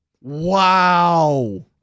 Wow